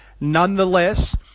nonetheless